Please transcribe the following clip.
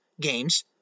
games